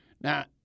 Now